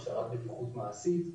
הכשרת בטיחות מעשית.